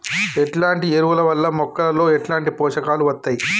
ఎట్లాంటి ఎరువుల వల్ల మొక్కలలో ఎట్లాంటి పోషకాలు వత్తయ్?